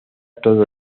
todo